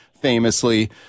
famously